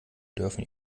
dürfen